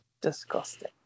Disgusting